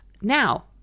now